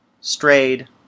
strayed